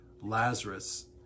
Lazarus